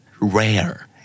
Rare